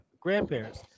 grandparents